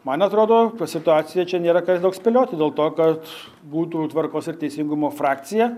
man atrodo situacija čia nėra ką ir daug spėlioti dėl to kad būtų tvarkos ir teisingumo frakcija